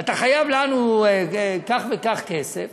אתה חייב לנו כך וכך כסף,